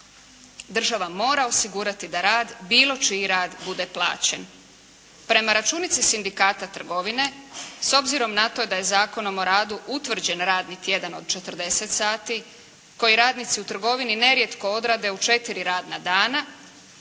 Država mora osigurati da rad, bilo čiji rad bude plaćen. Prema računici Sindikata trgovine, s obzirom na to da je Zakonom o radu utvrđen radni tjedan od 40 sati koji radnici u trgovini nerijetko odrade u četiri radna dana